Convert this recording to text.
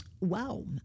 Wow